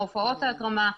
הופעות ההתרמה,